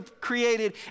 created